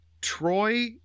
Troy